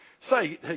say